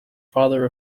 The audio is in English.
father